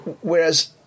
Whereas